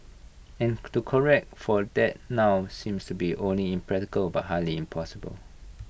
and to correct for that now seems not only impractical but highly impossible